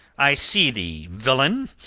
i see thee, villain,